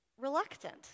reluctant